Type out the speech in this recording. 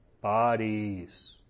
bodies